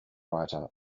writer